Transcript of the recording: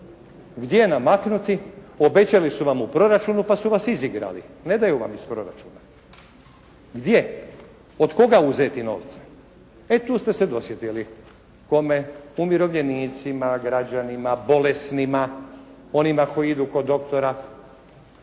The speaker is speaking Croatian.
Gdje namaknuti? Obećali su vam u proračunu pa su vas izigrali. Ne daju vam iz proračuna. Gdje? Od kuda uzeti novce? E tu ste se dosjetili. Kome? Umirovljenicima, građanima, bolesnima, onima koji idu kod doktora,